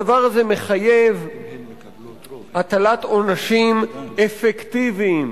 הדבר הזה מחייב הטלת עונשים אפקטיביים,